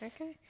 Okay